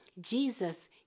Jesus